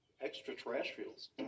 extraterrestrials